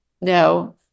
no